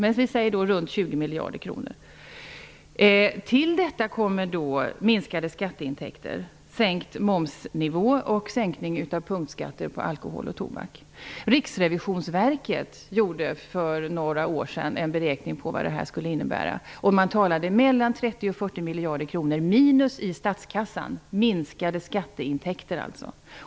Vi kan säga runt 20 miljarder kronor. Till detta kommer minskade skatteintäkter, sänkt momsnivå och sänkning av punktskatter på alkohol och tobak. Riksrevisionsverket gjorde för några år sedan en beräkning av vad detta skulle innebära. Man talade om mellan 30 och 40 miljarder kronor minus i statskassan, minskade skatteintäkter alltså.